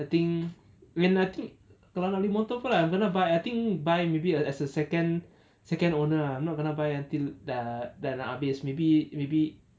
I think when I think kalau nak beli motor pun I'm gonna buy I think buy maybe uh as a second second owner ah not gonna buy until dah nak habis maybe maybe